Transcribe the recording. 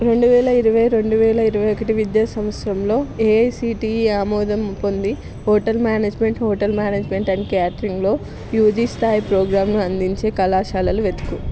రెండు వేల ఇరవై రెండు వేల ఇరవై ఒకటి విద్యా సంవత్సరంలో ఏఐసీటీఈ ఆమోదం పొంది hotel management hotel management and కేటరింగ్లో యూజీ స్థాయి ప్రోగ్రాంలు అందించే కళాశాలలు వెతుకుము